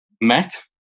met